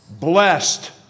blessed